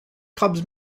cubs